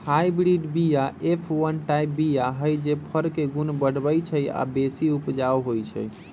hybrid बीया F one type बीया हई जे फर के गुण बढ़बइ छइ आ बेशी उपजाउ होइ छइ